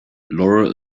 laurel